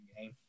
game